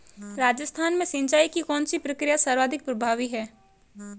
राजस्थान में सिंचाई की कौनसी प्रक्रिया सर्वाधिक प्रभावी है?